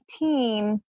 18